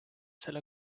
selle